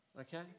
Okay